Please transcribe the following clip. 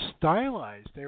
stylized